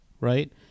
right